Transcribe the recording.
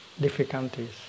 difficulties